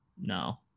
No